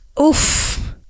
Oof